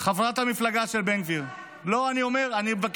חברת המפלגה של בן גביר ------ אני מבקש